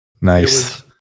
Nice